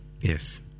yes